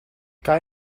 kan